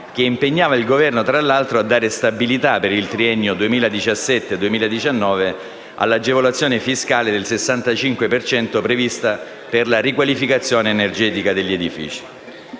che impegnava il Governo a dare stabilità, per il triennio 2017-2019, all'agevolazione fiscale del 65 per cento prevista per la riqualificazione energetica degli edifici.